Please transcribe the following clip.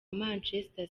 manchester